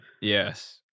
Yes